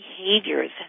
behaviors